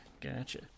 gotcha